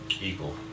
equal